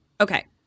Okay